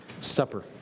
supper